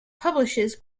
publishes